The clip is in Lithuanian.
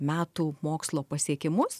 metų mokslo pasiekimus